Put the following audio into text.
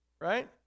Right